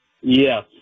Yes